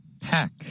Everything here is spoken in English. pack